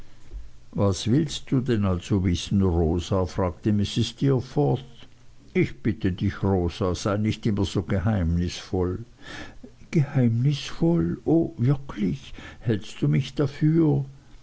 was willst du denn also wissen rosa fragte mrs steerforth ich bitte dich rosa sei nicht immer so geheimnisvoll geheimnisvoll o wirklich hältst du mich dafür